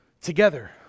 together